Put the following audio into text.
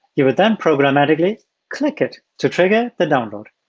you would then programmatically click it to trigger the download,